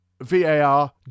VAR